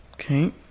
Okay